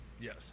Yes